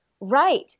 right